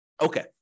Okay